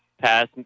Pass